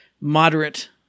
moderate